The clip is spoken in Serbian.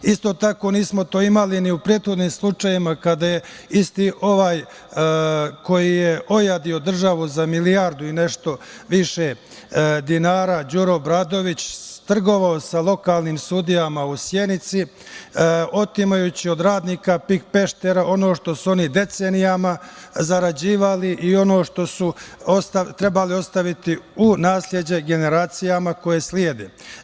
Isto tako, nismo to imali ni u prethodnim slučajevima kada je isti ovaj koji je ojadio državu za milijardu i nešto više dinara, Đuro Obradović trgovao sa lokalnim sudijama u Sjenici, otimajući od radnika „PIK Pešter“ ono što su oni decenijama zarađivali i ono što su trebali ostaviti u nasleđe generacijama koje slede.